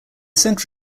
centre